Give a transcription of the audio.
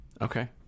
Okay